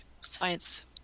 science